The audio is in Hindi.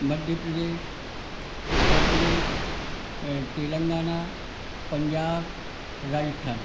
मध्य प्रदेश उत्तर प्रदेश तेलंगाना पंजाब राजस्थान